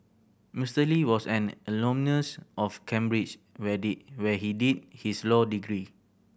Mister Lee was an alumnus of Cambridge where did where he did his law degree